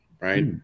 right